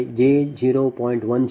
100